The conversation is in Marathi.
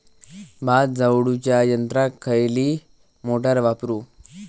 भात झोडूच्या यंत्राक खयली मोटार वापरू?